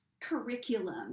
curriculum